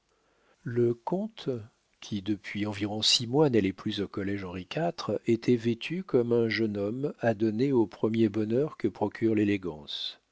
le comte qui depuis environ six mois n'allait plus au collége henri iv était vêtu comme un jeune homme adonné aux premiers bonheurs que procure l'élégance